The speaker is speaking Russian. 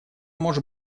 может